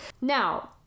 Now